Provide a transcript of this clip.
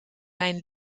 mijn